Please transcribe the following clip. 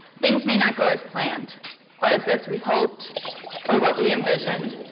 things may not go as planned or as as we hoped or what we envisioned.